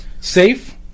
safe